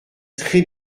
très